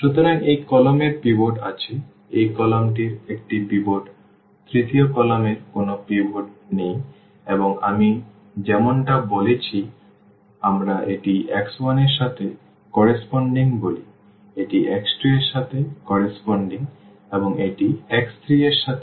সুতরাং এই কলাম এর পিভট আছে এই কলামটির একটি পিভট তৃতীয় কলাম এর কোনও পিভট নেই এবং আমি যেমনটা বলেছি আমরা এটি x1 এর সাথে সামঞ্জস্যপূর্ণ বলি এটি x2 এর সাথে সামঞ্জস্যপূর্ণ এবং এটি x3 এর সাথে সামঞ্জস্যপূর্ণ